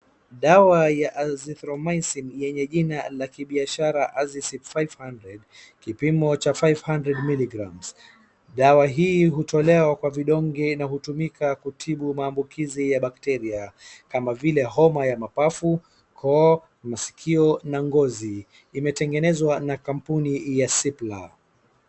Dawa ya Azithromycin yenye jina la kibiashara Azis five hundred kipimo cha five hundred milligrams. Dawa hii hutolewa kwa vidonge na hutumika kutibu maambukizi ya bakteria kama vile homa ya mapafu, koo, masikio na ngozi. Imetengenezwa na kampuni ya Cipla.